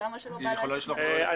היא יכולה לשלוח בדואר אלקטרוני.